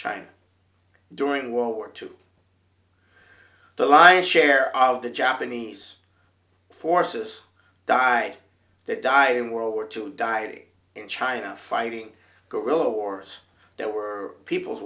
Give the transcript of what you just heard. china during world war two the lion's share of the japanese forces died that died in world war two died in china fighting guerrilla wars that were people's